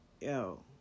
yo